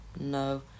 No